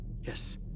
Yes